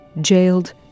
jailed